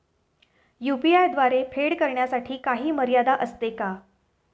UPI द्वारे फेड करण्यासाठी काही मर्यादा असते का?